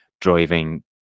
driving